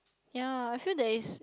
ye I feel that it's